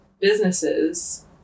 businesses